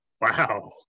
wow